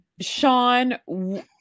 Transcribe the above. Sean